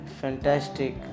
fantastic